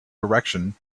direction